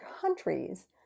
countries